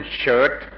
shirt